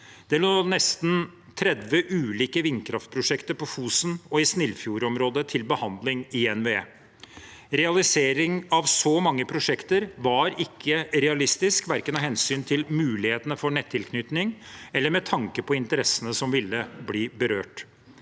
Det lå nesten 30 ulike vindkraftprosjekter på Fosen og i Snillfjordområdet til behandling i NVE. Realisering av så mange prosjekter var ikke realistisk verken av hensyn til mulighetene for nettilknytning eller med tanke på interessene som ville bli berørt.